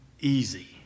Easy